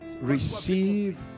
receive